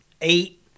eight